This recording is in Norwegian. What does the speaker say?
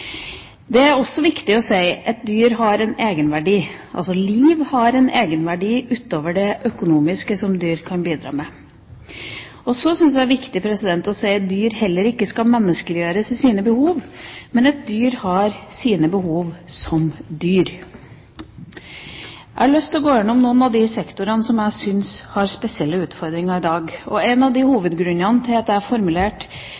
Det er også viktig å si at dyr har en egenverdi. Liv har en egenverdi utover det økonomiske som dyr kan bidra med. Og så syns jeg det er viktig å si at dyr heller ikke skal menneskeliggjøres i sine behov, men at dyr har sine behov som dyr. Jeg har lyst til å gå gjennom noen av de sektorene der jeg syns at man har spesielle utfordringer i dag. En av